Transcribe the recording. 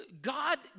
God